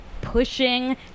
pushing